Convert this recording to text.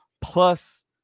plus